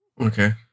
Okay